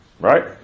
Right